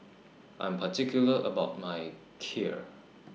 I'm particular about My Kheer